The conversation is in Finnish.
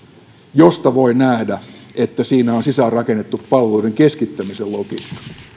josta voi nähdä että siinä on sisäänrakennettu palveluiden keskittämisen logiikka